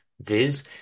Viz